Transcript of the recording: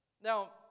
Now